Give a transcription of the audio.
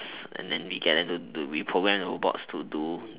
and then we get them to to we programme the robots to do